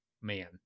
man